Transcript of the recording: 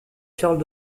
charles